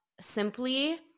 simply